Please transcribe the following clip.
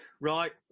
Right